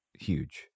huge